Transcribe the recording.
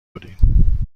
بودیم